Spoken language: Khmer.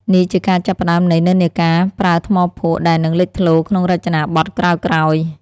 នេះជាការចាប់ផ្តើមនៃនិន្នាការប្រើថ្មភក់ដែលនឹងលេចធ្លោក្នុងរចនាបថក្រោយៗ។